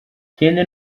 ikindi